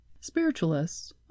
Spiritualists